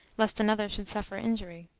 lest another should suffer injury.